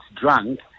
drunk